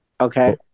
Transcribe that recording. Okay